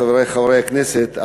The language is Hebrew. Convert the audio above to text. חברי חברי הכנסת,